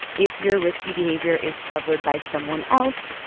if your risky behavior is covered by someone else,